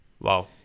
Wow